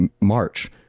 March